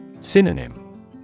Synonym